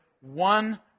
one